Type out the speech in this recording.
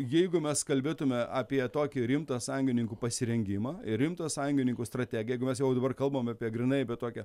jeigu mes kalbėtume apie tokį rimtą sąjungininkų pasirengimą ir rimtą sąjungininkų strategiją jeigu mes jau dabar kalbam apie grynai apie tokią